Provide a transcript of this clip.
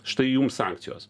štai jums sankcijos